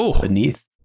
Beneath